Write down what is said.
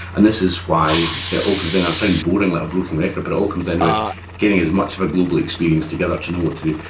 and this is why it all comes in, i sound boring like a broken record, but it all comes down to getting as much of a global experience together to know what to do.